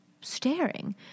staring